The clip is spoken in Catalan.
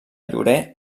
llorer